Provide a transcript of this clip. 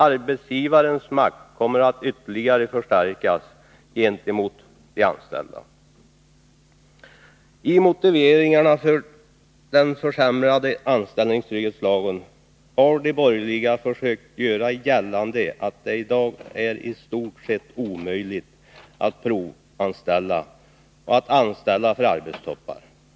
Arbetsgivarens makt kommer att ytterligare förstärkas gentemot de anställda. I motiveringarna för den försämrade anställningstrygghetslagen har de borgerliga försökt göra gällande att det i dag i stort sett är omöjligt att provanställa och att anställa för arbetstoppar.